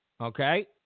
Okay